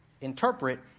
interpret